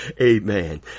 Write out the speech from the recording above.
Amen